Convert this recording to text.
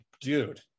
dude